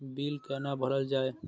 Bill कैना भरल जाय?